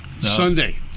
Sunday